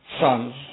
sons